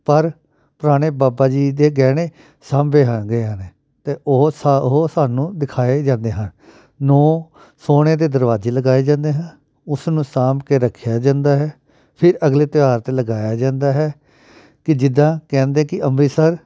ਪਰ ਪੁਰਾਣੇ ਬਾਬਾ ਜੀ ਦੇ ਗਹਿਣੇ ਸਾਂਭੇ ਹੈਗੇ ਨੇ ਅਤੇ ਉਹ ਸਾ ਉਹ ਸਾਨੂੰ ਦਿਖਾਏ ਜਾਂਦੇ ਹਨ ਨੂੰ ਸੋਨੇ ਦੇ ਦਰਵਾਜ਼ੇ ਲਗਾਏ ਜਾਂਦੇ ਹਨ ਉਸਨੂੰ ਸਾਂਭ ਕੇ ਰੱਖਿਆ ਜਾਂਦਾ ਹੈ ਫਿਰ ਅਗਲੇ ਤਿਉਹਾਰ 'ਤੇ ਲਗਾਇਆ ਜਾਂਦਾ ਹੈ ਕਿ ਜਿੱਦਾਂ ਕਹਿੰਦੇ ਕਿ ਅੰਮ੍ਰਿਤਸਰ